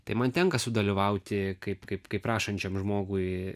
tai man tenka sudalyvauti kaip kaip kaip rašančiam žmogui